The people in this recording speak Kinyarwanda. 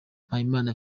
mpayimana